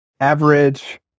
average